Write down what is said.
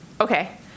Okay